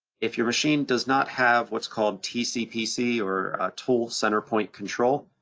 if your machine does not have what's called tc pc, or a tool center point control,